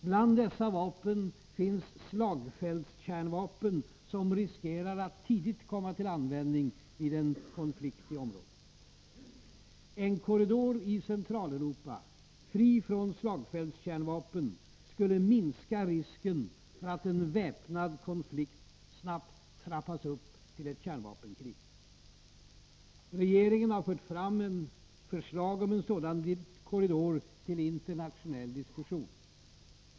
Bland dessa vapen finns slagfältskärnvapen som riskerar att tidigt komma till användning vid en konflikt i området. En korridor i Centraleuropa fri från slagfältskärnvapen skulle minska risken för att en väpnad konflikt snabbt trappas upp till ett kärnvapenkrig. Regeringen har fört fram förslag om en sådan korridor till internationell diskussion.